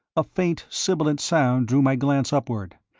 a faint, sibilant sound drew my glance upward,